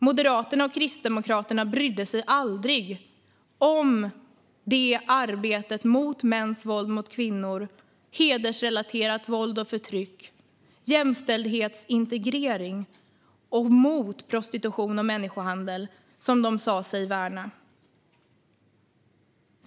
Moderaterna och Kristdemokraterna brydde sig aldrig om det arbete mot mäns våld mot kvinnor, mot hedersrelaterat våld och förtryck, för jämställdhetsintegrering och mot prostitution och människohandel som de sa sig värna.